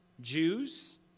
Jews